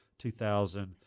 2000